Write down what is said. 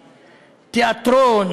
תיאטרון,